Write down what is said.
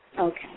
Okay